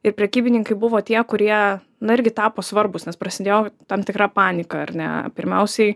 ir prekybininkai buvo tie kurie na irgi tapo svarbūs nes prasidėjo tam tikra panika ar ne pirmiausiai